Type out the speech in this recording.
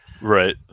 Right